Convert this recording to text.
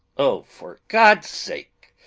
oh for god's sake,